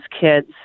kids